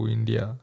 India